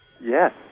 Yes